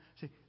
See